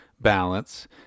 balance